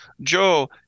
Joe